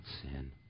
sin